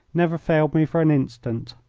never failed me for an instant.